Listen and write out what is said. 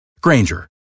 Granger